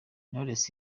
knowless